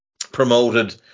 promoted